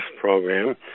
program